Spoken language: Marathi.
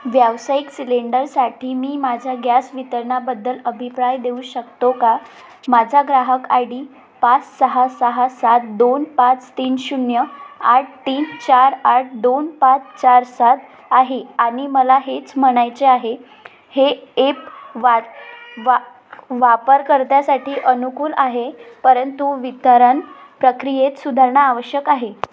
व्यावसायिक सिलेंडरसाठी मी माझ्या गॅस वितरणाबद्दल अभिप्राय देऊ शकतो का माझा ग्राहक आय डी पाच सहा सहा सात दोन पाच तीन शून्य आठ तीन चार आठ दोन पाच चार सात आहे आणि मला हेच म्हणायचे आहे हे एप वा वा वापरकर्त्यासाठी अनुकूल आहे परंतु वितरण प्रक्रियेत सुधारणा आवश्यक आहे